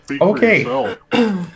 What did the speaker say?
okay